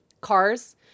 cars